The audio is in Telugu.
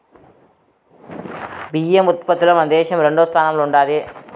బియ్యం ఉత్పత్తిలో మన దేశం రెండవ స్థానంలో ఉండాది